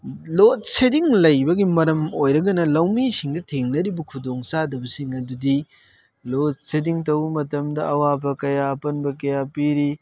load shedding ꯂꯩꯕꯒꯤ ꯃꯔꯝ ꯑꯣꯏꯔꯒꯅ ꯂꯧꯃꯤꯁꯤꯡꯗ ꯊꯦꯡꯅꯔꯤꯕ ꯈꯨꯗꯣꯡꯆꯗꯕꯁꯤꯡ ꯑꯗꯨꯗꯤ ꯂꯣꯗ ꯁꯦꯗꯤꯡ ꯇꯧꯕ ꯃꯇꯝꯗ ꯑꯋꯥꯕ ꯀꯌꯥ ꯑꯄꯟꯕ ꯀꯌꯥ ꯄꯤꯔꯤ